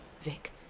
Vic